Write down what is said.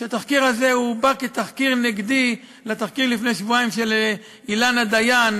שהתחקיר הזה בא כתחקיר נגדי לתחקיר מלפני שבועיים של אילנה דיין